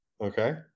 okay